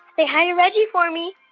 say hi to reggie for me